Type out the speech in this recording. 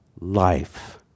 life